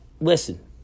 listen